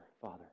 Father